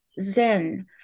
Zen